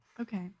Okay